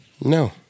No